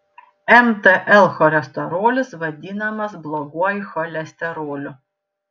mtl cholesterolis vadinamas bloguoju cholesteroliu